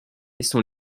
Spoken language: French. sont